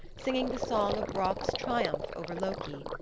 singing the song of brock's triumph over loki.